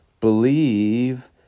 believe